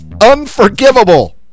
Unforgivable